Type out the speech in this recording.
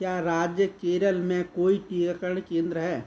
क्या राज्य केरल में कोई टीकाकरण केंद्र है